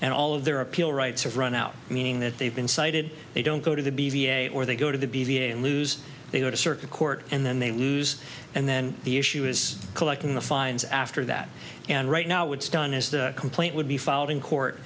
and all of their appeal rights have run out meaning that they've been cited they don't go to the b v a or they go to the b v a and lose they go to circuit court and then they lose and then the issue is collecting the fines after that and right now it's done is the complaint would be filed in court